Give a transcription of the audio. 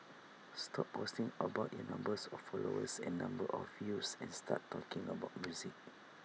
stop posting about IT number of followers and number of views and start talking about music